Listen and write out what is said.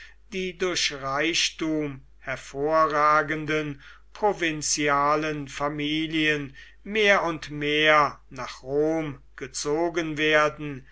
die durch reichtum hervorragenden provinzialen familien mehr und mehr nach rom gezogen werden